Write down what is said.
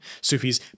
Sufis